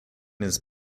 his